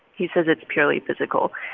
he says it's purely physical.